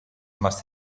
must